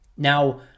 Now